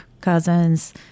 cousins